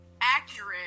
accurate